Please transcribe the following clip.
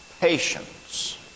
patience